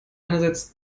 einerseits